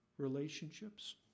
relationships